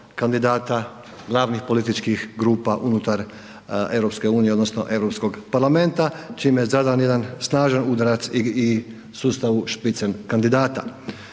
kandidata glavnih političkih grupa unutar EU odnosno Europskog parlamenta čime je zadan jedan snažan udarac i sustavu spitzen kandidata.